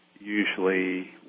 Usually